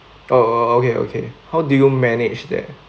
oh okay okay how do you manage that